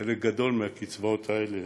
חלק גדול מהקצבאות האלה,